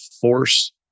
force